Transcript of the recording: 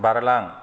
बारलां